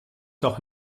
doch